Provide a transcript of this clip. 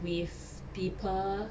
with people